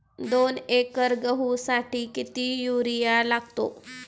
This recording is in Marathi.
दोन एकर गहूसाठी किती युरिया लागतो?